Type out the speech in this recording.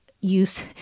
use